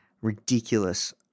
ridiculous